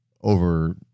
over